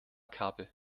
kabel